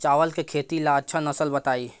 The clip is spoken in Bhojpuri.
चावल के खेती ला अच्छा नस्ल बताई?